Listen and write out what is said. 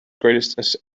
greatest